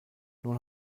nun